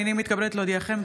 אני מתכבדת להודיעכם,